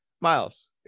Miles